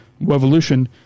revolution